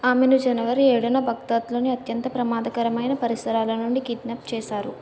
ఆమెను జనవరి ఏడున బాగ్దాద్లోని అత్యంత ప్రమాదకరమైన పరిసరాల నుండి కిడ్నాప్ చేసారు